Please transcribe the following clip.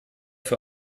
für